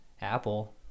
apple